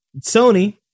Sony